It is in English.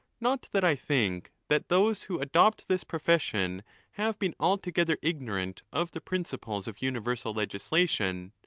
not that i think that those who adopt this profession have been altogether ignorant of the principles of universal legislation,